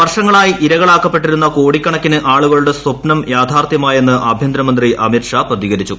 വർഷങ്ങളായി ഇരകളാക്കപ്പെട്ടിരുന്ന കോടിക്കണക്കിന് ആളുകളുടെ സ്വപ്നം യാഥാർത്ഥ്യമായെന്ന് ആഭ്യന്തരമന്ത്രി അമിത് ഷാ പ്രതികരിച്ചു